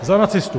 Za nacistu.